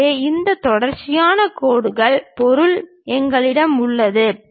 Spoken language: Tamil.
எனவே இந்த தொடர்ச்சியான கோடுகள் பொருள் எங்களிடம் உள்ளன